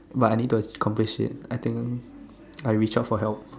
but I need to accomplish it I think I will shout for help